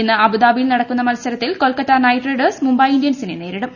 ഇന്ന് അബുദാബിയിൽ നടക്കുന്ന മത്സരത്തിൽ കൊൽക്കത്ത നൈറ്റ് റൈഡേഴ്സ് മുംബൈ ഇന്ത്യൻസിനെ നേരിടും